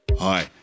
Hi